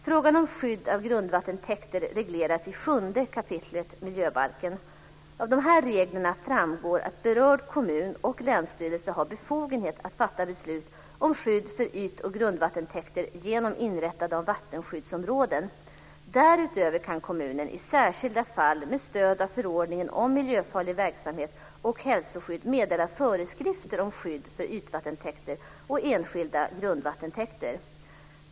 Frågan om skydd av grundvattentäkter regleras i 7 kap. miljöbalken. Av dessa regler framgår att berörd kommun och länsstyrelse har befogenhet att fatta beslut om skydd för yt och grundvattentäkter genom inrättande av vattenskyddsområden. Därutöver kan kommunen i särskilda fall med stöd av förordningen om miljöfarlig verksamhet och hälsoskydd meddela föreskrifter om skydd för ytvattentäkter och enskilda grundvattentäkter.